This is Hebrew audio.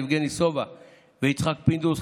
יבגני סובה ויצחק פינדרוס,